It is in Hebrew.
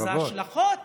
אז ההשלכות